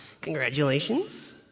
Congratulations